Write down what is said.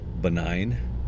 benign